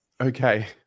Okay